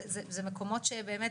אלה מקומות שבאמת